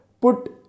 put